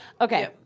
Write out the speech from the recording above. Okay